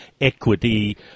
equity